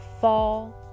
fall